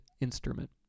instrument